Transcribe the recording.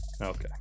Okay